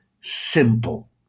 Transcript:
simple